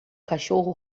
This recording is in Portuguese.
cachorro